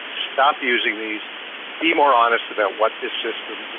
stop using these be more honest about what this system,